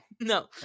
no